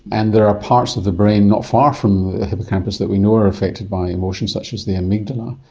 and there are parts of the brain not far from the hippocampus that we know are affected by emotions such as the amygdala.